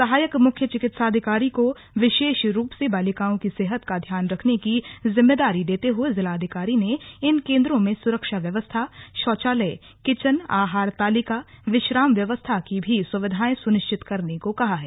सहायक मुख्य चिकित्साधिकारी को विशेष रूप से बालिकाओं की सेहत का ध्यान रखने की जिम्मेदारी देते हुए जिलाधिकारी ने इन केंद्रों में सुरक्षा व्यवस्था शौचालय किचन आहार तालिका विश्राम व्यवस्था की भी सुविधायें सुनिश्चित करने को कहा है